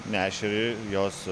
nešeri jos